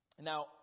Now